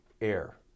air